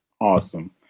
awesome